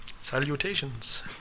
Salutations